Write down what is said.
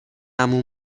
عمو